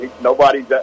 nobody's